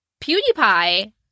PewDiePie